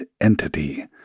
entity